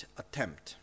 attempt